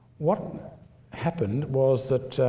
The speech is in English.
what happened was that